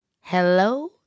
Hello